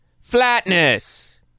Flatness